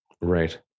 Right